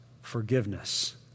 forgiveness